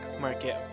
Market